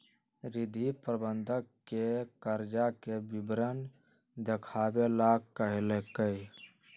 रिद्धि प्रबंधक के कर्जा के विवरण देखावे ला कहलकई